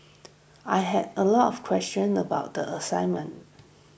I had a lot of questions about the assignment